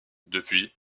depuis